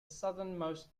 southernmost